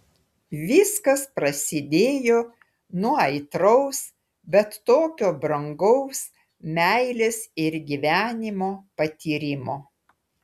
viskas prasidėjo nuo aitraus bet tokio brangaus meilės ir gyvenimo patyrimo